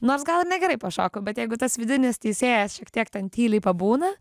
nors gal ir negerai pašokau bet jeigu tas vidinis teisėjas šiek tiek ten tyliai pabūna